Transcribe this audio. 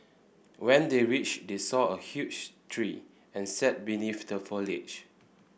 when they reached they saw a huge tree and sat beneath the foliage